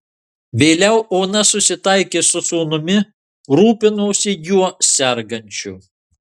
vėliau ona susitaikė su sūnumi rūpinosi juo sergančiu